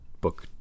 book